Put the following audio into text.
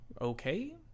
Okay